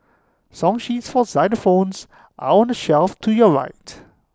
song sheets for xylophones are on the shelf to your right